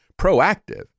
proactive